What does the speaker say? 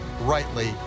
rightly